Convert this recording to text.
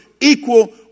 equal